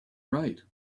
write